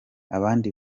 abandi